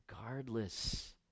regardless